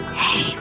hey